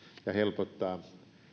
ja helpottaa